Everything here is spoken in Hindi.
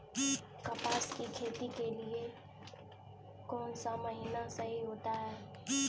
कपास की खेती के लिए कौन सा महीना सही होता है?